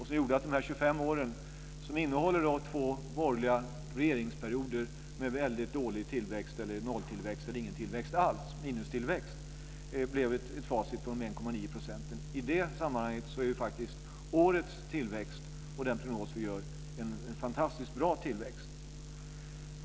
Det gjorde att man dessa 25 år, som innehåller två borgerliga regeringsperioder med väldigt dålig tillväxt, nolltillväxt eller minustillväxt, fick ett facit på 1,9 %. I det sammanhanget är faktiskt årets tillväxt - den prognos vi gör - en fantastiskt bra tillväxt.